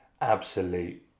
absolute